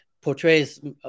portrays